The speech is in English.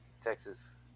Texas